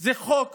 זה חוק